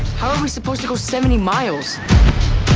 how are we supposed to go seventy miles?